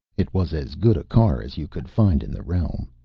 it was as good a car as you could find in the realm.